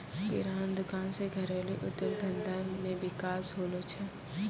किराना दुकान से घरेलू उद्योग धंधा मे विकास होलो छै